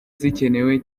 zikenewe